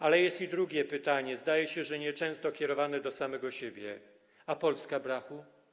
Ale jest i drugie pytanie, zdaje się, że nieczęsto kierowane przez nas do samych siebie: A Polska, brachu?